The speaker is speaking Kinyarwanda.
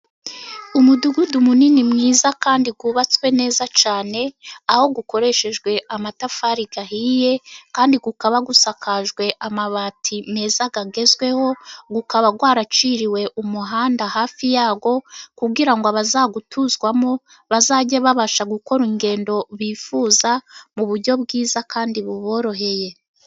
Umudugudu munini mwiza kandi wubatswe neza cyane, aho ukoreshejwe amatafari ahiye, kandi ukaba usakajwe amabati meza agezweho. Ukaba waraciriwe umuhanda hafi yawo, kugira ngo abazawutuzwamo bazajye babasha gukora urugendo bifuza mu buryo bwiza kandi buboroheye.